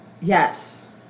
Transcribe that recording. Yes